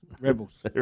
Rebels